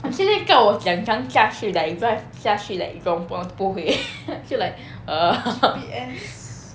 你现在叫我怎样驾去 like drive 下去 like jurong point 我都不会 就 like err